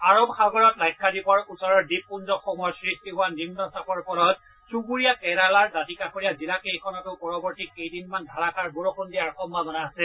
আৰব সাগৰত লাক্ষাদ্বীপৰ ওচৰৰ দ্বীপপুঞ্জসমূহত সৃষ্টি হোৱা নিম্নচাপৰ ফলত চুবুৰীয়া কেৰালাৰ দাতিকাষৰীয়া জিলাকেইখনতো পৰৱৰ্তী কেইদিনমান ধাৰাষাৰ বৰষুণ দিয়াৰ সম্ভাৱনা আছে